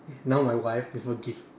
now my wife